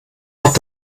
hat